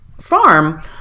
farm